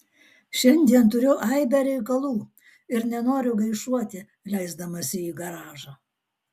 šiandien turiu aibę reikalų ir nenoriu gaišuoti leisdamasi į garažą